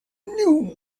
knew